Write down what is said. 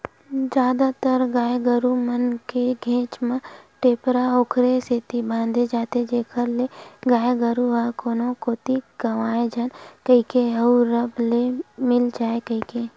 जादातर गाय गरु मन के घेंच म टेपरा ओखरे सेती बांधे जाथे जेखर ले गाय गरु ह कोनो कोती गंवाए झन कहिके अउ रब ले मिल जाय कहिके